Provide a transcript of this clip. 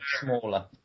smaller